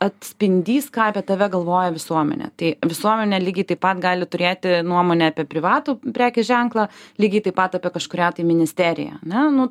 atspindys ką apie tave galvoja visuomenė tai visuomenė lygiai taip pat gali turėti nuomonę apie privatų prekės ženklą lygiai taip pat apie kažkurią tai ministeriją ne nu